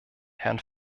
herrn